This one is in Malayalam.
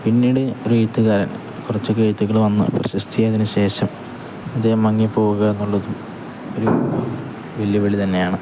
പിന്നീട് ഒരുഴുത്തുകാരൻ കുറച്ചൊക്കെ എഴുത്തുകള് വന്നു പ്രശസ്തിയായതിനു ശേഷം അദ്ദേഹം മങ്ങിപ്പോവുക എന്നുള്ളതും ഒരു വെല്ലുവിളി തന്നെയാണ്